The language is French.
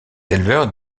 éleveurs